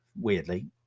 weirdly